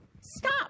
Stop